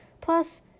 Plus